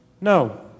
No